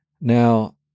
Now